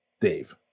Dave